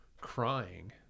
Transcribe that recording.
crying